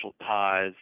ties